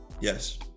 Yes